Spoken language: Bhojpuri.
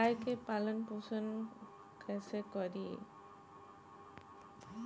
गाय के पालन पोषण पोषण कैसे करी?